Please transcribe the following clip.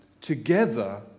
together